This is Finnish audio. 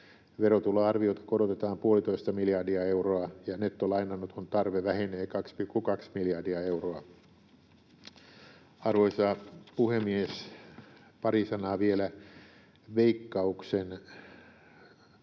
Verotuloarvioita korotetaan puolitoista miljardia euroa, ja nettolainanoton tarve vähenee 2,2 miljardia euroa. Arvoisa puhemies! Pari sanaa vielä Veikkauksen